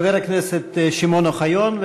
חבר הכנסת שמעון אוחיון,